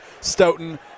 Stoughton